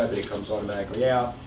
it comes automatically out.